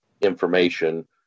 information